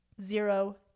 zero